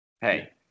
hey